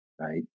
right